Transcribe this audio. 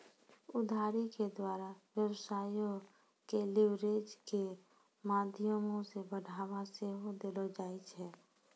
उधारी के द्वारा व्यवसायो के लीवरेज के माध्यमो से बढ़ाबा सेहो देलो जाय छै